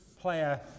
player